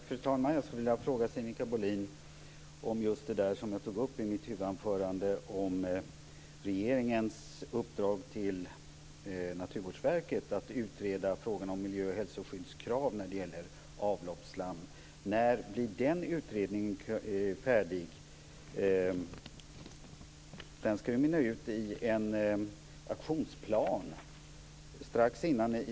Fru talman! Jag vill fråga Sinikka Bohlin om det som jag tog upp i mitt huvudanförande om regeringens uppdrag till Naturvårdsverket, att man ska utreda frågan om miljö och hälsoskyddskrav när det gäller avloppsslam. När blir den utredningen färdig? Den ska ju mynna ut i en aktionsplan.